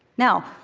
now,